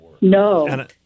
No